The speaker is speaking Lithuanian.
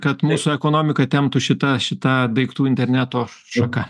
kad mūsų ekonomika temptų šitą šitą daiktų interneto šaka